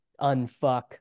unfuck